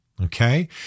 Okay